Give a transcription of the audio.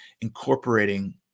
incorporating